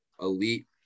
elite